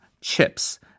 chips